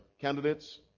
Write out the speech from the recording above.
candidates